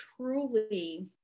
truly